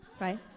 right